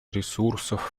ресурсов